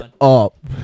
up